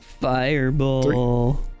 Fireball